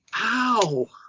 Ow